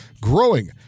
growing